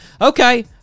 Okay